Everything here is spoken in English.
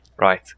Right